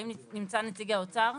האם נמצא נציג האוצר?